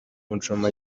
muchoma